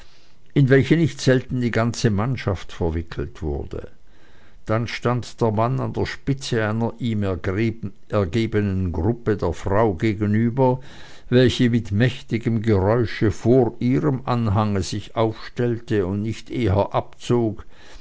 in welche nicht selten die ganze mannschaft verwickelt wurde dann stand der mann an der spitze einer ihm ergebenen gruppe der frau gegenüber welche mit mächtigem geräusche vor ihrem anhange sich aufstellte und nicht eher abzog